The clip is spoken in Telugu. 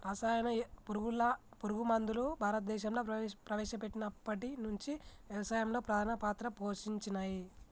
రసాయన పురుగు మందులు భారతదేశంలా ప్రవేశపెట్టినప్పటి నుంచి వ్యవసాయంలో ప్రధాన పాత్ర పోషించినయ్